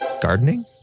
Gardening